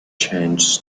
changes